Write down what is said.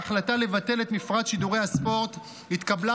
ההחלטה לבטל את מפרט שידורי הספורט התקבלה